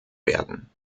werden